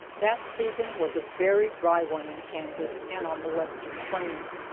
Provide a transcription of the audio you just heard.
that season was a very dry one in kansas and on the western plains.